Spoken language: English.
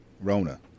Rona